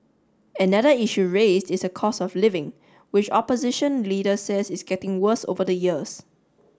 another issue raised is the cost of living which opposition leaders says is getting worse over the years